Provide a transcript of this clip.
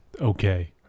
okay